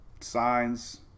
signs